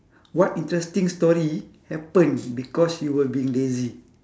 what interesting story happened because you were being lazy